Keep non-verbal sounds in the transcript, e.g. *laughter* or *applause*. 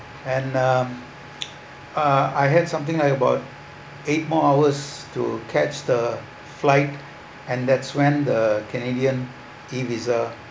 and um *noise* uh I had something like about eight more hours to catch the flight and that's when the canadian e-visa